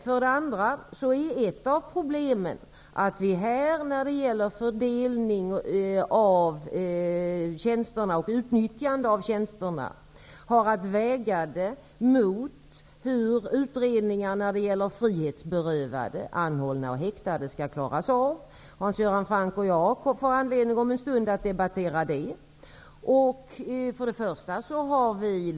För det andra är ett av problemen att man vid fördelningen av tjänsterna och utnyttjande av tjänsterna har att väga detta mot hur utredningar i fråga om frihetsberövade, anhållna och häktade skall klaras av. Hans Göran Franck och jag kommer om en stund att ha anledning att debattera den frågan.